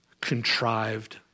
contrived